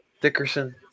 Dickerson